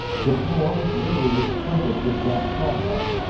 the floor was liberally sprinkled with damp sawdust,